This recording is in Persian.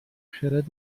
خرد